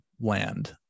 land